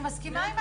אני מסכימה.